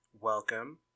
welcome